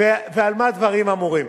ועל מה דברים אמורים?